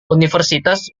universitas